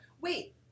Wait